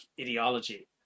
ideology